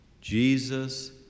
Jesus